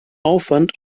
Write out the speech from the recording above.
aufwand